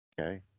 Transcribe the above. okay